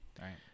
right